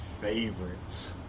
favorites